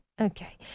Okay